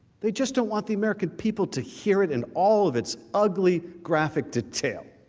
they just don't want the american people to hear it in all of its ugly graphic detail